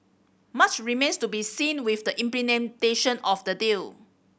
much remains to be seen with the implementation of the deal